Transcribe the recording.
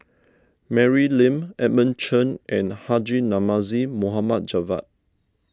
Mary Lim Edmund Chen and Haji Namazie Mohd Javad